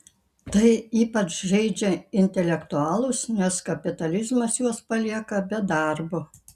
tai ypač žeidžia intelektualus nes kapitalizmas juos palieka be darbo